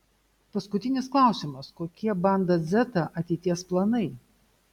paskutinis klausimas kokie banda dzeta ateities planai